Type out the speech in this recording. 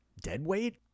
Deadweight